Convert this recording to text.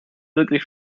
wirklich